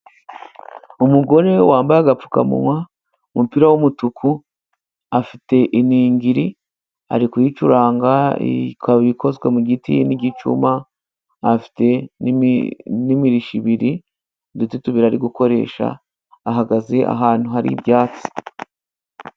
Umugore wambaye agapfukamunwa, umupira w'umutuku, afite iningiri ari kuyicuranga ikaba ikozwe mu giti n'igicuma , afite n'imirishyo ebyiri uduti tubiri ari gukoresha, ahagaze ahantu hari ibyatsi.